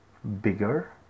bigger